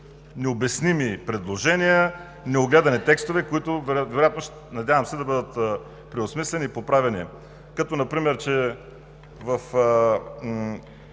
необясними предложения, неогледани текстове, които, вероятно, надявам се, да бъдат преосмислени и поправени, като например, че в